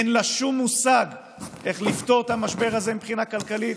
אין לה שום מושג איך לפתור את המשבר הזה מבחינה כלכלית,